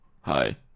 Hi